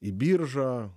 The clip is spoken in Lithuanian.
į biržą